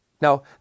Now